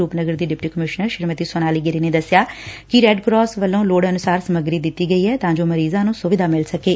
ਰੂਪਨਗਰ ਦੀ deputy commissioner Shrimati Sonali Giri ਨੇ ਦਸਿਆ ਕਿ ਰੈੱਡ ਕਰਾਸ ਵੱਲੋਂ ਲੋੜ ਅਨੁਸਾਰ ਸਮੱਗਰੀ ਦਿੱਡੀ ਗਈ ਐ ਤਾਂ ਜੋ ਮਰੀਜ਼ਾਂ ਨੂੰ ਸੁਵਿਧਾ ਮਿਲ ਸਕੇ